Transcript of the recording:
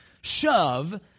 shove